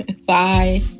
Bye